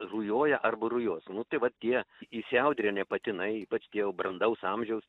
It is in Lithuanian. rujoja arba rujos nu tai va tie įsiaudrinę patinai ypač tie jau brandaus amžiaus